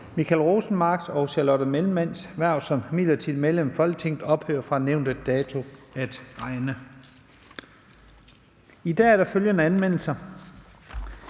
Michael Rosenmarks (DD) og Charlotte Nellemanns (LA) hverv som midlertidige medlemmer af Folketinget ophører fra nævnte dato at regne. I dag er der følgende anmeldelser: